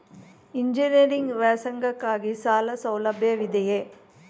Engineering ವ್ಯಾಸಂಗಕ್ಕಾಗಿ ಸಾಲ ಸೌಲಭ್ಯವಿದೆಯೇ?